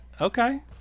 Okay